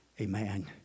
Amen